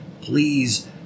please